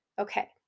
Okay